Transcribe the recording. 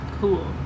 Cool